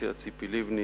האופוזיציה ציפי לבני,